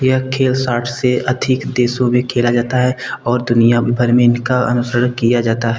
यह खेल साठ से अधिक देशों में खेला जाता है और दुनिया भर में इनका अनुसरण किया जाता है